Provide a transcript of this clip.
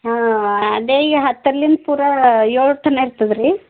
ಹಾಂ ಅದೆ ಈ ಹತ್ತರ್ಲಿಂದ ಪೂರಾ ಏಳು ತನಕ ಇರ್ತದೆರಿ